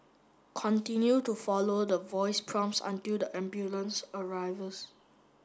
continue to follow the voice prompts until the ambulance arrives